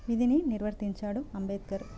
విధిని నిర్వర్తించాడు అంబేద్కర్